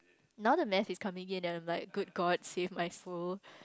now the maths is coming in and I'm like good god save my soul